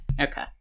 Okay